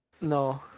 no